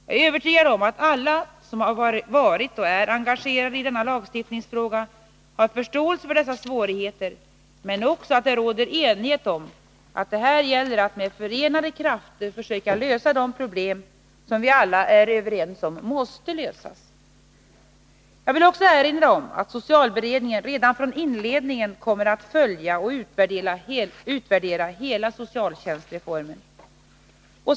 Jag är övertygad om att alla som har varit och är engagerade i denna lagstiftningsfråga har förståelse för dessa svårigheter men också att det råder enighet om att det här gäller att med förenade krafter försöka lösa de problem som vi alla är överens om måste lösas. Jag vill också erinra om att socialberedningen redan från inledningen kommer att följa och utvärdera hela socialtjänstreformen.